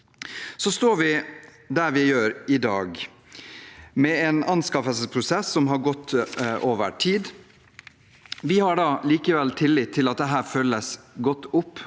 Så står vi der vi gjør i dag, med en anskaffelsesprosess som har gått over tid. Vi har likevel tillit til at dette følges godt opp.